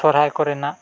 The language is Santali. ᱥᱚᱦᱨᱟᱭ ᱠᱚᱨᱮᱱᱟᱜ